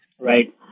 Right